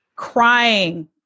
Crying